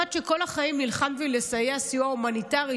אחת שכל החיים נלחמת לסייע סיוע הומניטרי,